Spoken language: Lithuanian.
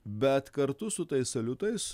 bet kartu su tais saliutais